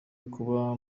kuba